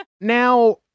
Now